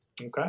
Okay